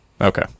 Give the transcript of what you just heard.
okay